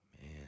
Man